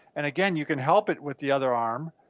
and again, you can help it with the other arm.